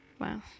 Wow